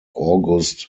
august